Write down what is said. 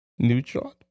Neutron